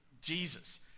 Jesus